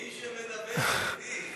מי שמדבר, ידידי.